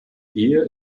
ehe